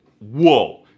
Whoa